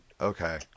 Okay